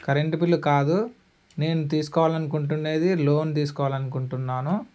current bill కాదు నేను తీసుకోవాలనుకుంటునేది లోన్ తీసుకోవాలని అనుకుంటున్నాను